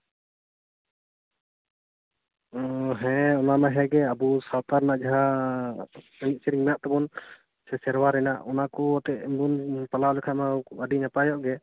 ᱦᱮᱸ ᱚᱱᱟᱢᱟ ᱦᱮᱸᱜᱮ ᱟᱵᱚᱣᱟᱜ ᱥᱟᱶᱛᱟ ᱨᱮᱱᱟᱜ ᱡᱟᱦᱟᱸ ᱮᱱᱮᱡ ᱥᱮᱨᱮᱧ ᱢᱮᱱᱟᱜ ᱛᱟᱵᱚᱱ ᱥᱮ ᱥᱮᱨᱣᱟ ᱨᱮᱱᱟᱜ ᱚᱱᱟ ᱠᱚ ᱟᱛᱮᱵᱚᱱ ᱯᱟᱞᱟᱣ ᱞᱮᱠᱷᱟᱱ ᱢᱟ ᱟᱹᱰᱤ ᱱᱟᱯᱟᱭᱚᱜ ᱜᱮ